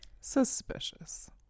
Suspicious